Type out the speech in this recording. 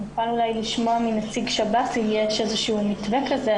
אולי נוכל לשמוע מנציג שירות בתי הסוהר אם יש איזשהו מתווה כזה.